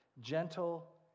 gentle